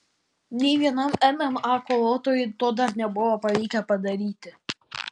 nei vienam mma kovotojui to dar nebuvo pavykę padaryti